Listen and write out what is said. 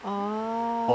orh